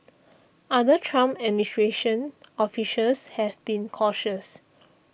other Trump administration officials have been cautious